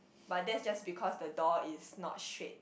but that's just because the door is not straight